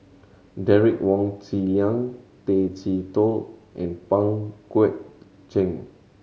Derek Wong Zi Liang Tay Chee Toh and Pang Guek Cheng